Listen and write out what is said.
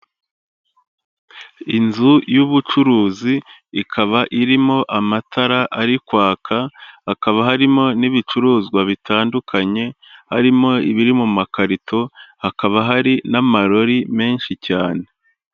Inzu y'ubucuruzi ikaba irimo amatara ari kwaka, hakaba harimo n'ibicuruzwa bitandukanye, harimo ibiri mu makarito, hakaba hari n'amarori menshi cyane.